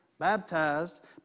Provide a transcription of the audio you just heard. Baptized